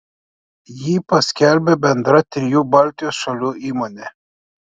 jį paskelbė bendra trijų baltijos šalių įmonė